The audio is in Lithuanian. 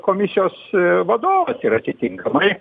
komisijos vadovas ir atitinkamai